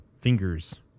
fingers